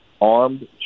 armed